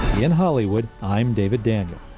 in hollywood, i'm david daniel.